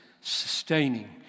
sustaining